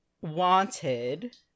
wanted